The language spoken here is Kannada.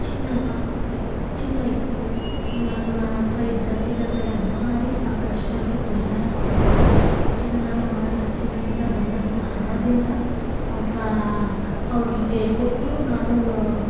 ಚಿನ್ನ ಸಿಗು ಚಿನ್ನ ಇತ್ತು ನನ್ನ ಹತ್ರ ಇದ್ದ ಚಿನ್ನವೆಲ್ಲ ಮಾರಿ ಆ ಕಷ್ಟನ ಪರಿಹಾರ ಮಾಡಿಕೊಂಡೆ ಆ ಚಿನ್ನವೆಲ್ಲ ಮಾರಿ ಆ ಚಿನ್ನದಿಂದ ಬಂದಂಥ ಹಣದಿಂದ ಅವ್ರು ಕ್ ಅವ್ರಿಗೆ ಕೊಟ್ಟು ನಾನು ನು